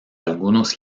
algunos